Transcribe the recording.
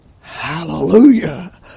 Hallelujah